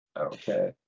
Okay